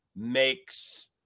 makes